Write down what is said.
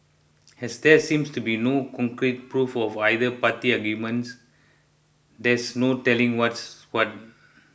as there seems to be no concrete proof of either party's arguments there's no telling what's what